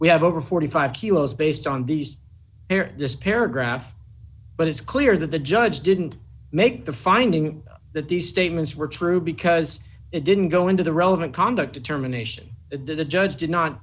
we have over forty five dollars kilos based on these this paragraph but it's clear that the judge didn't make the finding that these statements were true because it didn't go into the relevant conduct determination to the judge did not